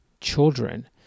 children